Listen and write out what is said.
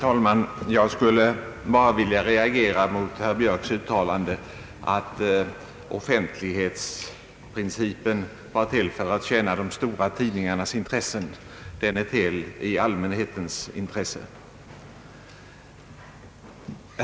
Herr talman! Jag vill reagera mot herr Björks uttalande att offentlighetsprincipen är till för att tjäna de stora tidningarnas intressen. Den är till i allmänhetens intresse.